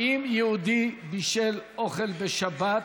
אם יהודי בישל אוכל בשבת,